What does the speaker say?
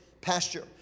pasture